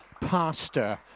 pastor